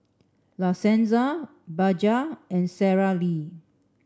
La Senza Bajaj and Sara Lee